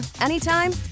anytime